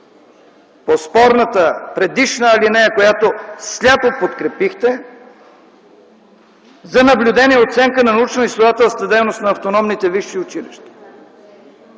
по спорната предишна алинея, която сляпо подкрепихте за наблюдение и оценка на научноизследователската дейност на автономните висши училища?